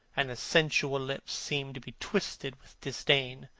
and the sensual lips seemed to be twisted with disdain.